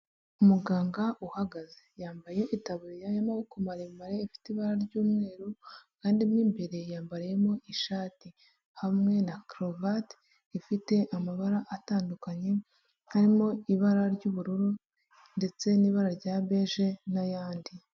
Umuganga uhagaze yambaye itabu y'amaboko maremare ifite ibara ry'umweru, kandi mo imbere yambariyemo ishati hamwe na karuvati ifite amabara atandukanye, harimo ibara ry'ubururu ndetse n'ibara rya beje n'ayandi.